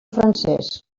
francès